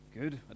Good